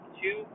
two